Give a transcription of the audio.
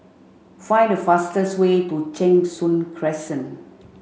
find the fastest way to Cheng Soon Crescent